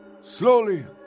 slowly